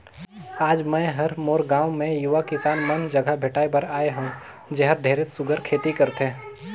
आज मैं हर मोर गांव मे यूवा किसान मन जघा भेंटाय बर आये हंव जेहर ढेरेच सुग्घर खेती करथे